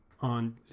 on